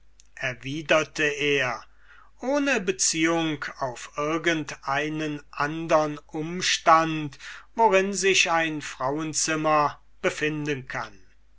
erwiderte demokritus ohne beziehung auf irgendeinen andern umstand worin sich ein frauenzimmer befinden kann